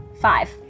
five